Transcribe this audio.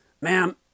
Ma'am